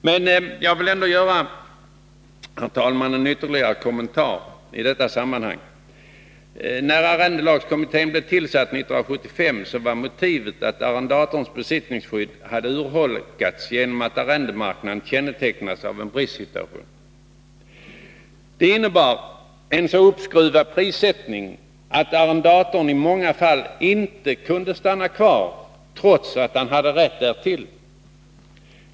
Men jag vill ändå, herr talman, göra ytterligare en kommentar i detta sammanhang. När arrendelagskommittén blev tillsatt 1975 var motivet att arrendatorns besittningsskydd hade urholkats genom att arrendemarknaden kännetecknades av en bristsituation. Detta innebar en så uppskruvad prissättning att arrendatorn i många fall inte kunde stanna kvar trots att han hade rätt därtill.